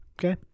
okay